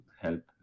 help